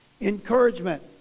encouragement